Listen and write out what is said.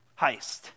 heist